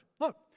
Look